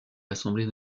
assemblée